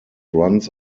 runs